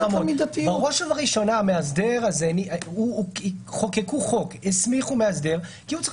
בראש ובראשונה חוקקו חוק והסמיכו מאסדר כי הוא צריך